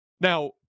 Now